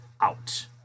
out